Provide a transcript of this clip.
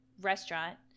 restaurant